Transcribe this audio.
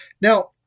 Now